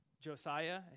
Josiah